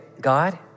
God